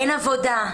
אין עבודה.